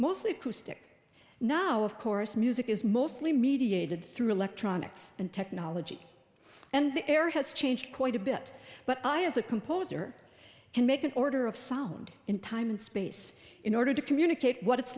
mostly acoustic now of course music is mostly mediated through electronics and technology and the air has changed quite a bit but i as a composer can make an order of sound in time and space in order to communicate what it's